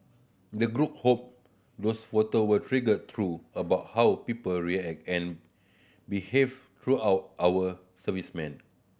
the group hope those photo will trigger through about how people react and behave throughout our servicemen